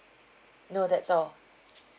no that's all